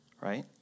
right